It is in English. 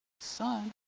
son